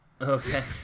Okay